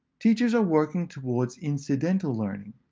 teachers are working towards incidental learning.